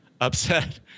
upset